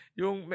yung